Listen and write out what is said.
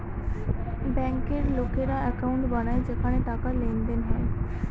ব্যাঙ্কের লোকেরা একাউন্ট বানায় যেখানে টাকার লেনদেন হয়